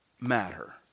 matter